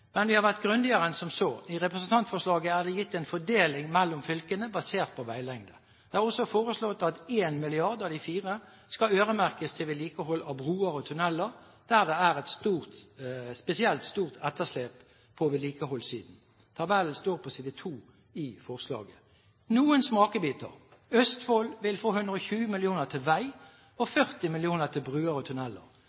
Men vi har vært grundigere enn som så. I representantforslaget er det gitt en fordeling mellom fylkene basert på veilengde. Det er også foreslått at 1 mrd. kr av de 4 mrd. kr skal øremerkes til vedlikehold av broer og tunneler der det er et spesielt stort etterslep på vedlikeholdssiden. Tabellen står på side 2 i forslaget. Noen smakebiter: Østfold vil få 120 mill. kr til veier og 40 mill. kr til broer og